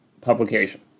publication